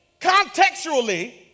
contextually